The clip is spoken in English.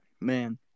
Man